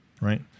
Right